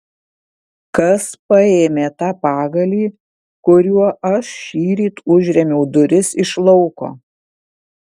kas paėmė tą pagalį kuriuo aš šįryt užrėmiau duris iš lauko